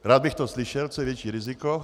Rád bych slyšel, co je větší riziko.